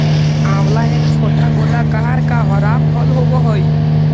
आंवला एक छोटा गोलाकार का हरा फल होवअ हई